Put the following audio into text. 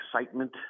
excitement